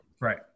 right